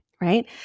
right